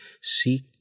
Seek